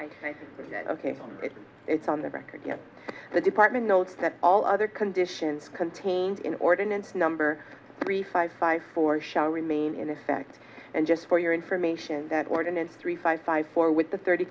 if it's on the record the department notes that all other conditions contained in ordinance number three five five four shall remain in effect and just for your information that ordinance three five five four with the thirty